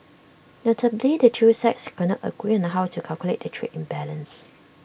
notably the two sides could not agree on how to calculate their trade imbalance